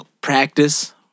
Practice